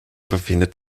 befindet